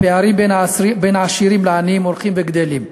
הפערים בין העשירים לעניים הולכים וגדלים,